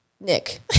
Nick